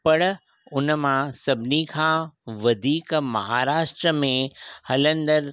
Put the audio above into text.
पर उनमां सभिनी खां वधीक महाराष्ट्रा में हलंदड़